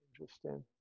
interesting